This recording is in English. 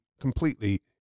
completely